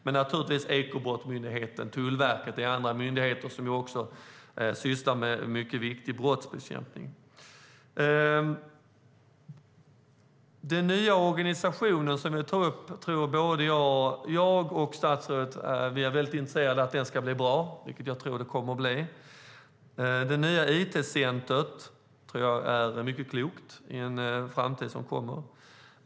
Men Ekobrottsmyndigheten och Tullverket är myndigheter som också sysslar med viktig brottsbekämpning. Både jag och statsrådet är nog intresserade av att den nya polisorganisationen ska bli bra. Jag tror att den blir det. Det nya it-centret är en klok sak för framtiden.